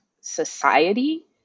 society